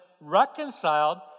reconciled